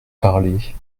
parler